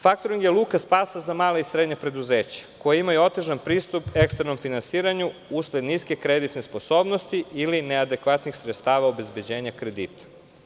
Faktoring je luka spasa za mala i srednja preduzeća koja imaju otežan pristup eksternom finansiranju usled niske kreditne sposobnosti ili neadekvatnih sredstava obezbeđenja kredita.